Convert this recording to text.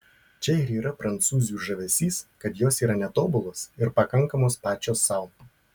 čia ir yra prancūzių žavesys kad jos yra netobulos ir pakankamos pačios sau